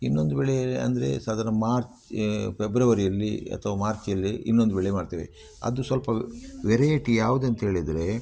ಇನ್ನೊಂದು ಬೆಳೆ ಅಂದರೆ ಸಾಧಾರಣ ಮಾರ್ಚ್ ಏ ಫೆಬ್ರವರಿಯಲ್ಲಿ ಅಥವಾ ಮಾರ್ಚಲ್ಲಿ ಇನ್ನೊಂದು ಬೆಳೆ ಮಾಡ್ತೇವೆ ಅದು ಸ್ವಲ್ಪ ವೆರೈಟಿ ಯಾವ್ದಂತೇಳಿದರೆ